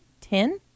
ten